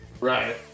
Right